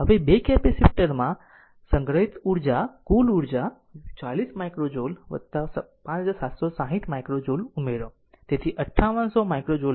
હવે 2 કેપેસિટર માં સંગ્રહિત કુલ ઊર્જા 40 માઇક્રો જુલ 5760 માઇક્રો જુલ ઉમેરો તેથી 5800 માઇક્રો જુલ